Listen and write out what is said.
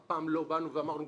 אף פעם לא באנו ואמרנו כך.